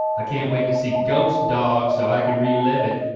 ah can't wait to see ghost dog so i can relive it.